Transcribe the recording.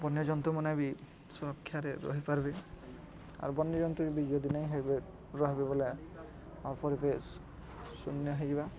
ବନ୍ୟଜନ୍ତୁମାନେ ବି ସୁରକ୍ଷାରେ ରହିପାରବେି ଆର୍ ବନ୍ୟଜନ୍ତୁ ବି ଯଦି ନାଇଁ ହେବେ ରହିବେ ବଲେ ଆମ ପରିବେଶ୍ ଶୂନ୍ୟ ହେଇଯିବା